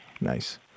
nice